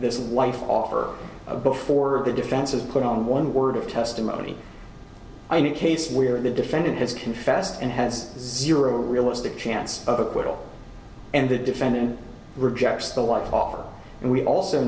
this life offer before the defense is put on one word of testimony i need case where the defendant has confessed and has zero realistic chance of acquittal and the defendant rejects the life offer and we also